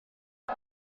ils